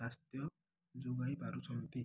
ସ୍ୱାସ୍ଥ୍ୟ ଯୋଗାଇ ପାରୁଛନ୍ତି